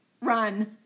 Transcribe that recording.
Run